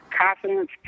confidence